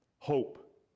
hope